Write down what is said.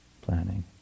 planning